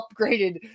upgraded